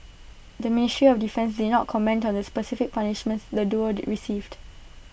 the ministry of defence did not comment on the specific punishments the duo received